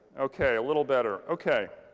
okay, a little better. okay,